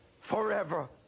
forever